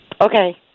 Okay